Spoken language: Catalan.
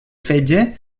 fetge